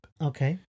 Okay